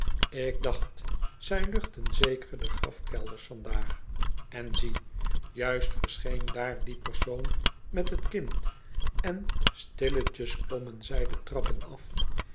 ik dacht zij luchten zeker de grafkelders vandaag en zie juist verscheen daar die persoon met t kind en stilletjes klommen zij de trappen af